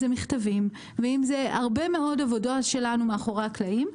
מכתבים והרבה מאוד עבודה שלנו מאחורי הקלעים,